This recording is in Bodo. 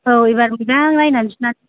औ एबार मोजां नायनानै सुनानै हरफिनसां